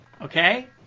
Okay